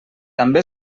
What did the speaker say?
també